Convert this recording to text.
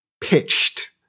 Pitched